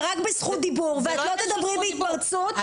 רק בזכות דיבור ואת לא תדברי בהתפרצות.